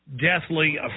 deathly